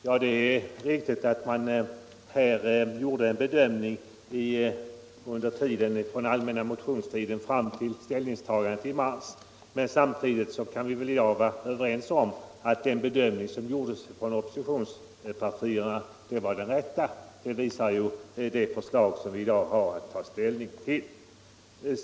Fru talman! Under allmänna motionstiden gjorde vi i centern den bedömningen att en ytterligare höjning av investeringsstimulansen var nödvändig. I dag kan vi väl vara överens om att oppositionspartiernas bedömning var den rätta. Det visar det förslag som vi i dag har att ta ställning till.